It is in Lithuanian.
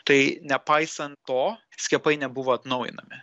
tai nepaisant to skiepai nebuvo atnaujinami